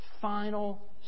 final